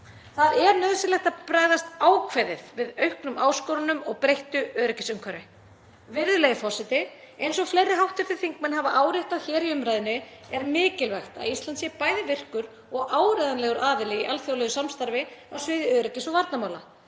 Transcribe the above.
Það er nauðsynlegt að bregðast ákveðið við auknum áskorunum og breyttu öryggisumhverfi. Virðulegi forseti. Eins og fleiri hv. þingmenn hafa áréttað hér í umræðunni er mikilvægt að Ísland sé bæði virkur og áreiðanlegur aðili í alþjóðlegu samstarfi á sviði öryggis- og varnarmála.